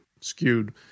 skewed